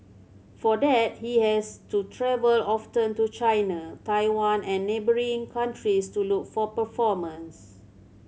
for that he has to travel often to China Taiwan and neighbouring countries to look for performance